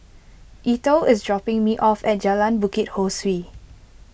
Eithel is dropping me off at Jalan Bukit Ho Swee